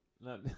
No